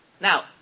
Now